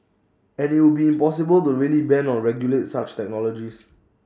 and IT would be impossible to really ban or regulate such technologies